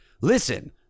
Listen